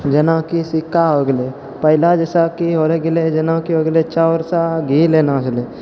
जेनाकि सिक्का हो गेलै पहिले जइसे कि होइ रहै जेनाकि हो गेलै चाउरसँ घी लेना छलै